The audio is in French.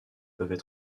peuvent